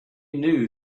knew